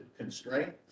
constraint